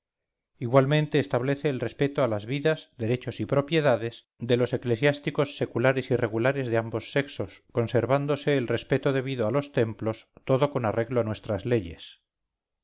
igualmente establece el respeto a las vidas derechos y propiedades de los eclesiásticos seculares y regulares de ambos sexos conservándose el respeto debido a los templos todo con arreglo a nuestras leyes